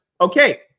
okay